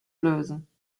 lösen